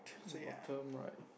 bottom right